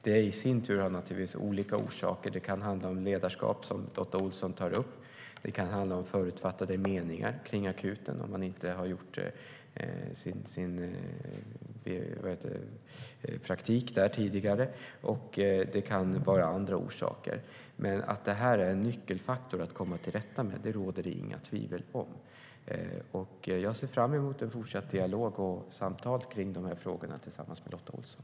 Det i sin tur har naturligtvis olika orsaker. Det kan handla om ledarskap, som Lotta Olsson tar upp. Det kan handla om förutfattade meningar kring akuten, om man inte har gjort praktik där tidigare. Det kan också finnas andra orsaker. Men att detta är en nyckelfaktor att komma till rätta med råder det inga tvivel om. Jag ser fram emot en fortsatt dialog och samtal kring dessa frågor med Lotta Olsson.